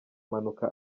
mpanuka